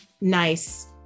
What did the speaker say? nice